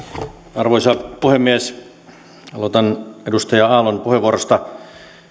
arvoisa puhemies aloitan edustaja aallon puheenvuorosta